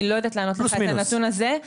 אני לא יודעת לענות לך את הנתון הזה.